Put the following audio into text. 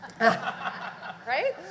Right